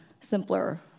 simpler